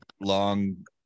long